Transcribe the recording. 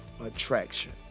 attraction